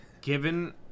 given